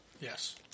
Yes